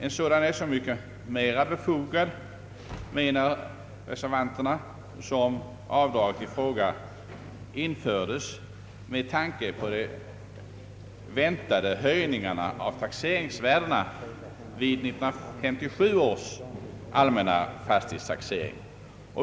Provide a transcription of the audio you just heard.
En sådan är så mycket mera befogad, menar reservanterna, som avdraget i fråga infördes med tanke på de väntade höjningarna av taxeringsvärdena vid 1957 års allmänna fastighetstaxering.